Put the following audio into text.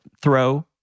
throw